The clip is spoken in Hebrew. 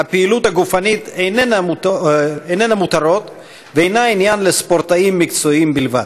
הפעילות הגופנית איננה מותרות ואינה עניין לספורטאים מקצועיים בלבד.